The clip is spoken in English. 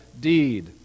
deed